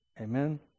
Amen